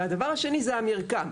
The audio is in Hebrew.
והדבר השני זה המרקם.